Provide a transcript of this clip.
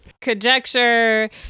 Conjecture